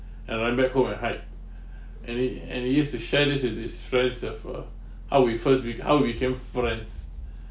and I went back home I hide and he and he used to share this with his friends as well how we first meet how we became friends